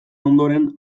ondoren